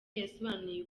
yasobanuye